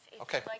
Okay